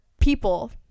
people